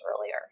earlier